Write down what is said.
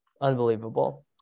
Unbelievable